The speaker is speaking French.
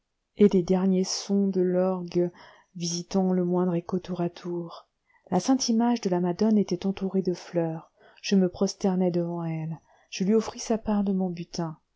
et les derniers sons de l'orgue visitant le moindre écho tour à tour la sainte image de la madone était entourée de fleurs je me prosternai devant elle je lui offris sa part de mon butin